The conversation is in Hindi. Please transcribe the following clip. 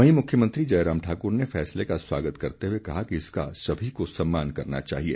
वहीं मुख्यमंत्री जयराम ठाकुर ने फैसले का स्वागत करते हुए कहा कि इसका सभी को सम्मान करना चाहिए